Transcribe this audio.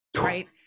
right